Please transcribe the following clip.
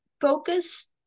focus